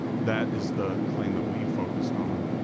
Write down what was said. that is the claim that we focused on.